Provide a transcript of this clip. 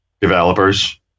developers